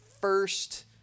first